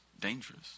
dangerous